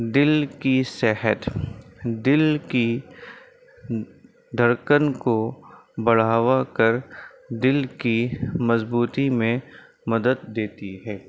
دل کی صحت دل کی دھڑکن کو بڑھوا کر دل کی مضبوطی میں مدد دیتی ہے